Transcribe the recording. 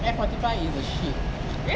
F forty five is a shit